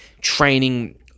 training